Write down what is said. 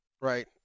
right